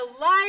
life